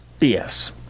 BS